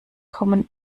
kommen